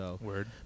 Word